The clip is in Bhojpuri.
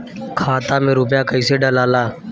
खाता में रूपया कैसे डालाला?